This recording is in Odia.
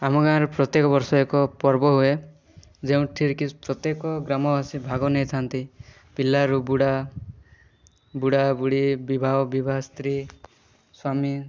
ଆମ ଗାଁରେ ପ୍ରତ୍ୟେକ ବର୍ଷ ଏକ ପର୍ବ ହୁଏ ଯେଉଁଥିରେକି ପ୍ରତ୍ୟେକ ଗ୍ରାମବାସୀ ଭାଗ ନେଇଥାନ୍ତି ପିଲାରୁ ବୁଢ଼ା ବୁଢ଼ାବୁଢ଼ୀ ବିବାହ ବିବାହ ସ୍ତ୍ରୀ ସ୍ୱାମୀ